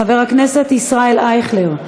חבר הכנסת ישראל אייכלר,